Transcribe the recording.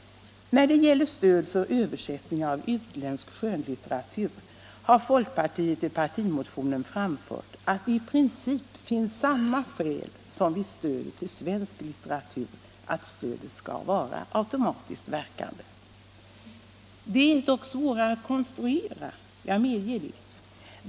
När det gäller stöd för översättningar av utländsk skönlitteratur har folkpartiet i partimotionen framfört att det i princip finns samma skäl som vid stödet till svensk litteratur, att stödet skall vara automatiskt verkande. Detta är dock svårare att konstruera, jag medger det.